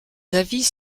avis